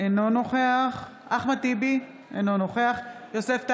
אינו נוכח אחמד טיבי, אינו נוכח יוסף טייב,